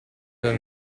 nel